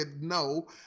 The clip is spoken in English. no